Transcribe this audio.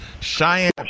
Cheyenne